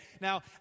Now